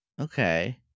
Okay